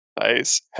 Nice